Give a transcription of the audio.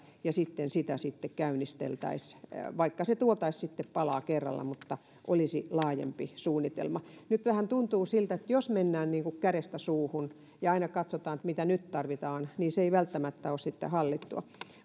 ja sitä sitten käynnisteltäisiin ja vaikka se tuotaisiin pala kerrallaan niin olisi laajempi suunnitelma nyt vähän tuntuu siltä että jos mennään niin kuin kädestä suuhun ja aina katsotaan mitä nyt tarvitaan niin se ei välttämättä ole sitten hallittua